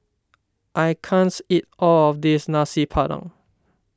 I can't eat all of this Nasi Padang